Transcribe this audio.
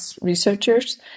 researchers